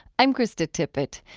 i'm krista tippett.